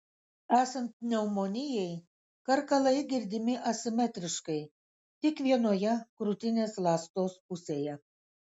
esant pneumonijai karkalai girdimi asimetriškai tik vienoje krūtinės ląstos pusėje